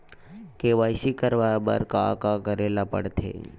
KYC करवाय बर का का करे ल पड़थे?